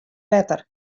wetter